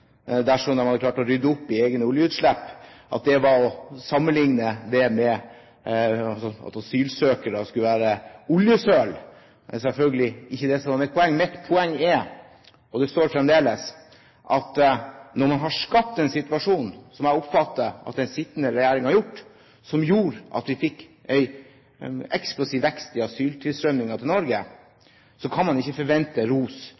dersom de greier å rydde opp i egne oljeutslipp, sammenlignet det med at asylsøkere skulle være oljesøl. Det var selvfølgelig ikke dét som var mitt poeng. Mitt poeng var, og det står fremdeles, at når man har skapt en situasjon, som jeg oppfatter at den sittende regjering har gjort, som gjorde at vi fikk en eksplosiv vekst i asyltilstrømmingen til Norge, så kan man ikke forvente ros